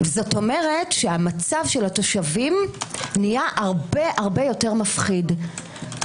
כלומר המצב של התושבים נהיה הרבה-הרבה יותר מפחיד.